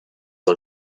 sur